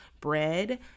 bread